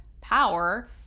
power